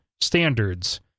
standards